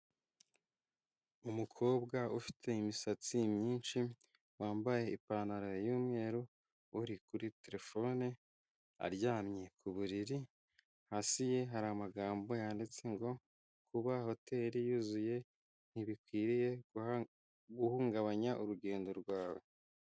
Umukobwa ufite imisatsi myinshi wambaye ipantaro y'umweru uri kuri terefone aryamye ku buriri hasi ye hari amagambo yanditse ngo kuba hoteri yuzuye ntibikwiriye guhungabanya urugendo rwawe.